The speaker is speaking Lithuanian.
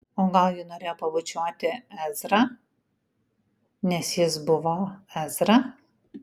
o gal ji norėjo pabučiuoti ezrą nes jis buvo ezra